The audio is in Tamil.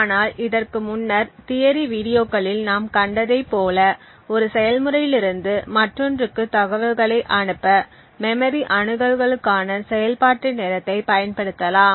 ஆனால் இதற்கு முன்னர் தியரி வீடியோக்களில் நாம் கண்டதைப் போல ஒரு செயல்முறையிலிருந்து மற்றொன்றுக்கு தகவல்களை அனுப்ப மெமரி அணுகலுக்கான செயல்பாட்டு நேரத்தைப் பயன்படுத்தலாம்